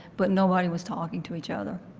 but nobody was talking to each other.